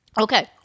Okay